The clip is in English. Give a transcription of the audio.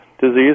disease